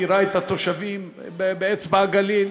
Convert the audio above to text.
מכירה את התושבים באצבע-הגליל,